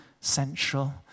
central